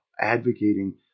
advocating